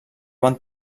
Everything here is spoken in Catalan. van